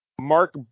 Mark